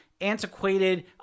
antiquated